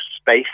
space